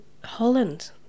Holland